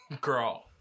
girl